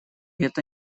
это